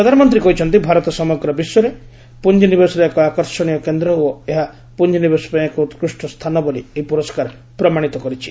ପ୍ରଧାନମନ୍ତ୍ରୀ କହିଛନ୍ତି ଭାରତ ସମଗ୍ର ବିଶ୍ୱରେ ପୁଞ୍ଜିନିବେଶର ଏକ ଆକର୍ଷଣୀୟ କେନ୍ଦ୍ର ଓ ଏହା ପୁଞ୍ଜିନିବେଶ ପାଇଁ ଏକ ପ୍ରକୃଷ୍ଣ ସ୍ଥାନ ବୋଲି ଏହି ପୁରସ୍କାର ପ୍ରମାଣିତ କରିଛି